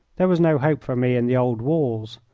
there was no hope for me in the old walls,